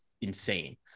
insane